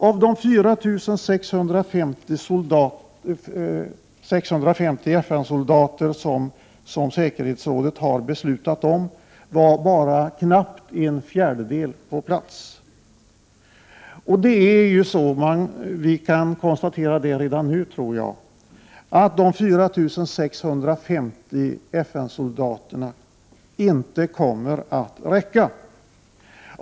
Av de 4 650 FN-soldater som säkerhetsrådet har beslutat om var bara knappt en fjärdedel på plats. Det är ju så — vi kan konstatera det redan nu, tror jag — att de 4 650 FN-soldaterna inte kommer att räcka.